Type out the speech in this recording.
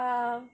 um